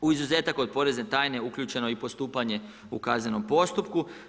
U izuzetak od porezne tajne uključeno i postupanje u kaznenom postupku.